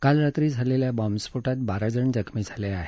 काल रात्री झालेल्या बॉम्ब स्फोटात बारा जण जखमी झाले आहेत